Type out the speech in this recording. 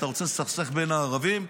אתה רוצה לסכסך בין הערבים?